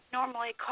normally